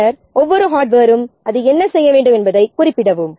பின்னர் ஒவ்வொரு ஹார்ட்வேரின் பாகமும் என்ன செய்ய வேண்டும் என்பதைக் குறிப்பிட வேண்டும்